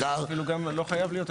אפילו גם לא חייב להיות.